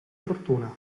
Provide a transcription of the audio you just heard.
fortuna